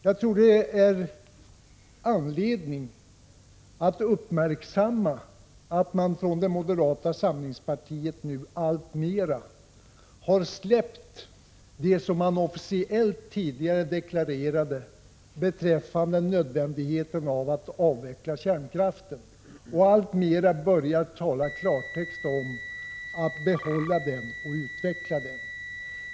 Jag tror att det finns anledning att uppmärksamma att moderata samlingspartiet nu alltmera har släppt det som man officiellt tidigare deklarerade beträffande nödvändigheten av att avveckla kärnkraften. Moderaterna har alltmer börjat tala klartext om att behålla kärnkraften och utveckla den.